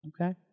Okay